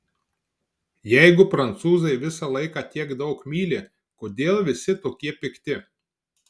jeigu prancūzai visą laiką tiek daug myli kodėl visi tokie pikti